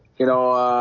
you know,